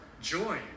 joy